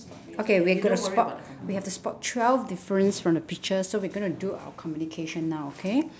okay we're gotta spot we have to spot twelve difference from the picture so we gonna do our communication now okay